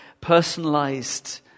personalized